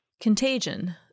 Contagion